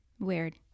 weird